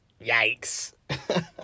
Yikes